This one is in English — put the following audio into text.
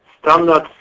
Standard